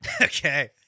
Okay